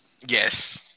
Yes